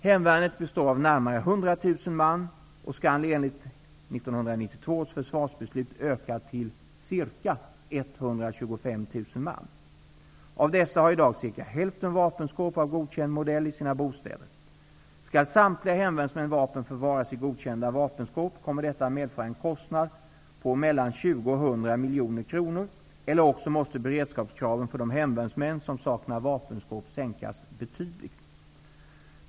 Hemvärnet består av 100 000 man och skall enligt 1992 års försvarsbeslut öka till ca 125 000 man. Av dessa har i dag cirka hälften vapenskåp av godkänd modell i sina bostäder. Skall samtliga hemvärnsmäns vapen förvaras i godkända vapenskåp kommer detta att medföra en kostnad på ca 20--100 miljoner kronor eller också måste beredskapskraven för de hemvärnsmän som saknar vapenskåp sänkas betydligt.